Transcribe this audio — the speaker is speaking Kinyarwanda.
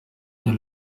new